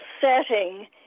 setting